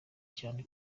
cyane